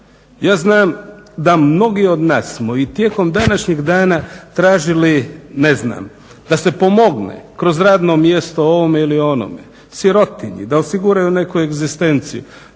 Ja znam da mnogi od nas smo i tijekom današnjeg dana tražili da se pomogne kroz radno mjesto ovome ili onome, sirotinji da osiguraju neku egzistenciju.